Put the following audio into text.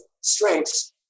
strengths